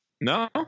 No